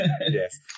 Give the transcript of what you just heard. yes